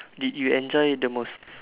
did you enjoy the most